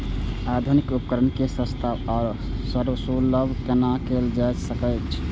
आधुनिक उपकण के सस्ता आर सर्वसुलभ केना कैयल जाए सकेछ?